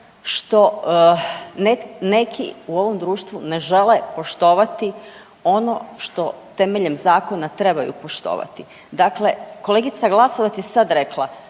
što neki u ovom društvu ne žele poštovati ono što temeljem zakona trebaju poštovati, dakle kolegica Glasovac je sad rekla,